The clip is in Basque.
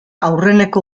aurreneko